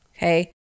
Okay